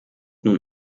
nun